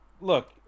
look